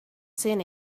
seen